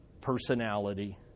personality